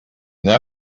that